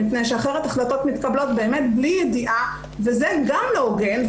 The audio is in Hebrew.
מפני שאחרת החלטות מתקבלות באמת בלי ידיעה וזה גם לא הוגן,